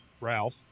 Ralph